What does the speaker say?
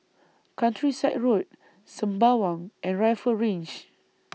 Countryside Road Sembawang and Rifle Range